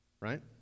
Right